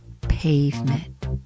pavement